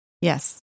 Yes